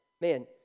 man